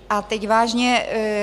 A teď vážně.